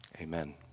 Amen